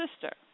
sister